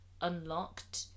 unlocked